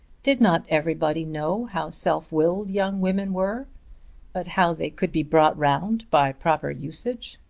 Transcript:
did not everybody know how self-willed young women were but how they could be brought round by proper usage?